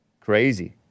Crazy